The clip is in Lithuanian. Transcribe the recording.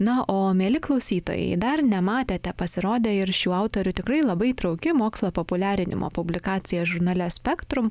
na o mieli klausytojai dar nematėte pasirodė ir šių autorių tikrai labai įtrauki mokslo populiarinimo publikacija žurnale spektrum